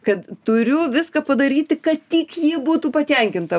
kad turiu viską padaryti kad tik ji būtų patenkinta